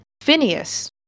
Phineas